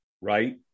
right